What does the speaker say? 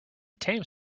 tame